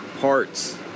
parts